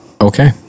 Okay